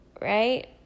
right